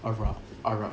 arab arab